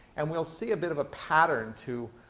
and we'll see a bit of a pattern to